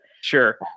sure